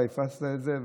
אתה הפצת את זה,